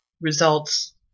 results